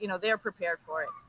you know they are prepared for it.